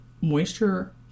moisture